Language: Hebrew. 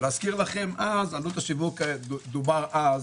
דובר אז